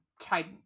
type